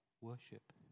worship